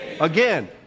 Again